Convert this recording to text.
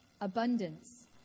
abundance